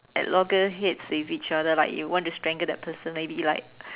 at loggerheads with each other like you want to strangle that person maybe like